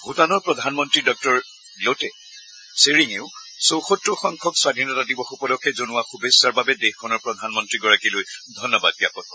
ভূটানৰ প্ৰধানমন্ত্ৰী ডঃ লোটে ছেৰিঙেও চৌসত্তৰ সংখ্যক স্বধীনতা দিৱস উপলক্ষে জনোৱা শুভেচ্ছাৰ বাবে দেশখনৰ প্ৰধানমন্ত্ৰী গৰাকীলৈ ধন্যবাদ জাপন কৰে